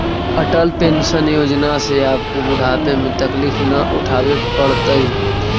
Atal pension योजना से आपको बुढ़ापे में तकलीफ न उठावे पड़तई